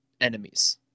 enemies